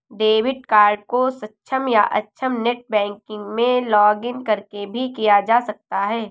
debit card को सक्षम या अक्षम नेट बैंकिंग में लॉगिंन करके भी किया जा सकता है